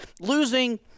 losing